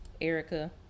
Erica